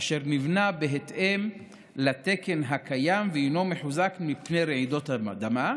אשר נבנה בהתאם לתקן הקיים והינו מחוזק מפני רעידות אדמה,